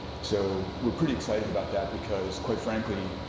so we're pretty excited about that because quite frankly,